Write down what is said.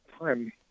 time